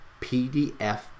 PDF